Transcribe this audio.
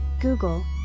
Google